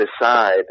decide